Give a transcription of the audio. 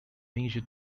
major